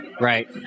Right